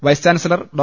vice chancellor Dr